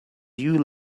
you